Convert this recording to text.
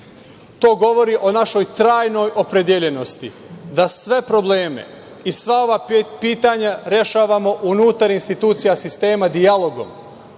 to govori o našoj trajnoj opredeljenosti da sve probleme, sva ova pitanja rešavamo unutar institucija sistema dijalogom,